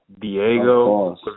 Diego